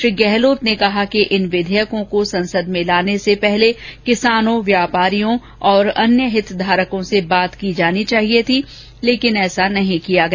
श्री गहलोत ने कहा कि इन विधेयक को संसद में लाने से पहले किसानों व्यापारियों और अन्य हितधारकों से बात की जानी चाहिए थी लेकिन ऐसा नही किया गया